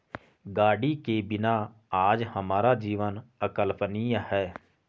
गाड़ी के बिना आज हमारा जीवन अकल्पनीय है